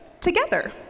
together